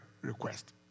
request